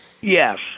yes